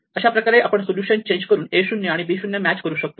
अशाप्रकारे आपण solution change करून a 0 आणि b 0 मॅच करू शकतो